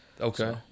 Okay